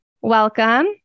welcome